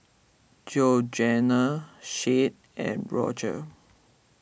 Georganna Shade and Rodger